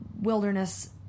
wilderness